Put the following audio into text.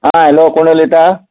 आं हलो कोण उलयता